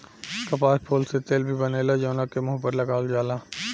कपास फूल से तेल भी बनेला जवना के मुंह पर लगावल जाला